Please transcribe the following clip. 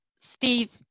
Steve